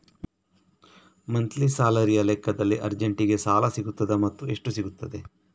Monthly ಸ್ಯಾಲರಿಯ ಲೆಕ್ಕದಲ್ಲಿ ಅರ್ಜೆಂಟಿಗೆ ಸಾಲ ಸಿಗುತ್ತದಾ ಮತ್ತುಎಷ್ಟು ಸಿಗುತ್ತದೆ?